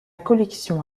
collection